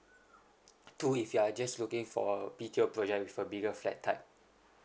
too if you are just looking for a B_T_O project with a bigger flat type